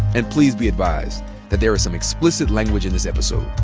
and please be advised that there is some explicit language in this episode.